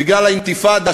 בגלל האינתיפאדה,